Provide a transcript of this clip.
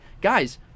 guys